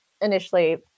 initially